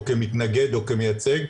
או כמתנגד או כמייצג,